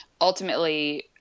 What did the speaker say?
ultimately